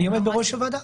מי עומד בראש הוועדה?